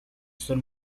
son